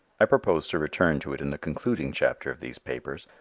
i propose to return to it in the concluding chapter of these papers,